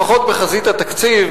לפחות בחזית התקציב,